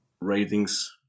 ratings